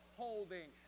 holding